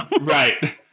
Right